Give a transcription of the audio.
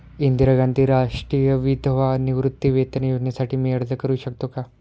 इंदिरा गांधी राष्ट्रीय विधवा निवृत्तीवेतन योजनेसाठी मी अर्ज करू शकतो?